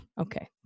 okay